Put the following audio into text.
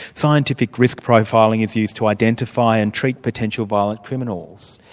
scientific risk profiling is used to identify and treat potential violent criminals.